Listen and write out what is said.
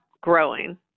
growing